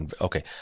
Okay